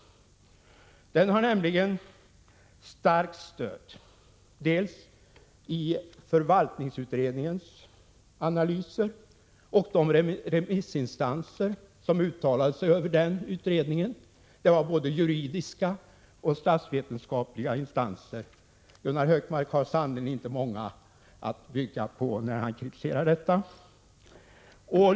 Den har nämligen starkt stöd, dels av förvaltningsutredningen i dess analyser, dels av de remissinstanser som uttalade sig efter den utredningen — både juridiska och statsvetenskapliga instanser. Gunnar Hökmark har sannerligen inte mycket att bygga sin kritik på.